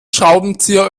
schraubenzieher